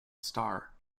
star